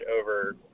over